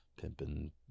pimping